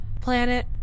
Planet